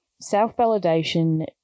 self-validation